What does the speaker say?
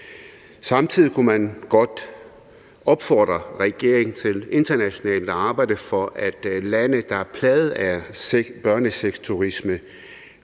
Samtidig kunne man godt opfordre regeringen til internationalt at arbejde for, at lande, der er plaget af børnesexturisme,